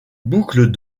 boucles